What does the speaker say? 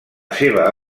seva